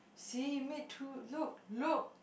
see me too look look